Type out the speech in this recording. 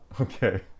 okay